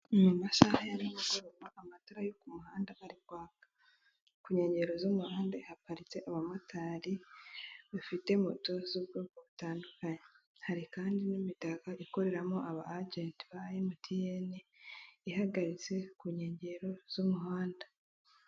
Mu masaha ya nimugoroba amatara yo ku muhanda arika, ku nkengero z'umuhanda haparitse abamotari bafite moto z'ubwoko butandukanye, hari kandi n'imitaka ikoreramo aba ajenti ba emutiyene, ihagaritse ku nkengero z'umuhanda.